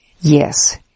Yes